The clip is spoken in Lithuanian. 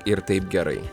ir taip gerai